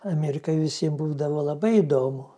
amerikoj visiem būdavo labai įdomu